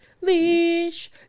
Leash